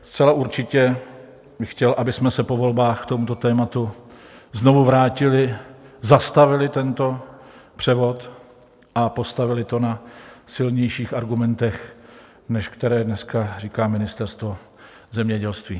Zcela určitě bych chtěl, abychom se po volbách k tomuto tématu znovu vrátili, zastavili tento převod a postavili to na silnějších argumentech, než které dneska říká Ministerstvo zemědělství.